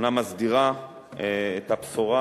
אומנם מסדירה את הבשורה